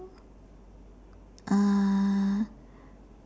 uh